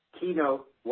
Keynote